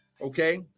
Okay